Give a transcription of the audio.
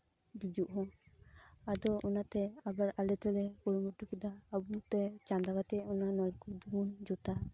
ᱡᱩᱡᱩᱫ ᱦᱚᱸ ᱟᱫᱚ ᱚᱱᱟᱛᱮ ᱟᱵᱟᱨ ᱟᱞᱮ ᱛᱮᱞᱮ ᱠᱩᱨᱩᱢᱩᱴᱩ ᱠᱮᱫᱟ ᱟᱵᱚ ᱛᱮ ᱪᱟᱸᱫᱟ ᱠᱟᱛᱮᱫ ᱚᱱᱟ ᱱᱚᱞᱠᱩᱯ ᱫᱚᱵᱚᱱ ᱡᱩᱛᱟ